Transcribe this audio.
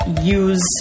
use